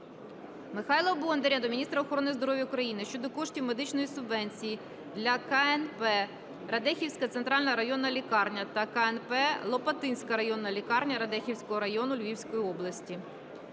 Михайла Бондаря до міністра охорони здоров'я України щодо коштів медичної субвенції для КНП "Радехівська центральна районна лікарня" та КНП "Лопатинська районна лікарня" Радехівського району Львівської області.